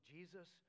Jesus